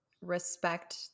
respect